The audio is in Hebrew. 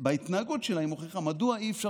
בהתנהגות שלה היא מוכיחה מדוע אי-אפשר